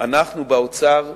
אנחנו באוצר,